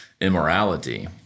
immorality